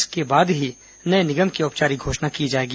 इसके बाद ही नये निगम की औपचारिक घोषणा की जाएगी